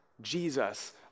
Jesus